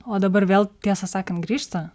o dabar vėl tiesą sakant grįžta